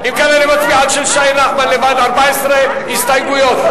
שי נחמן, יש לך 14 הסתייגויות.